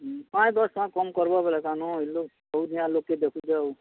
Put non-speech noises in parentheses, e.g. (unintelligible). ଉଁ ପାଞ୍ଚ୍ ଦଶ୍ ଟଙ୍କା କମ୍ କର୍ବ ବେଲେ ତା ନୁହେଁ (unintelligible)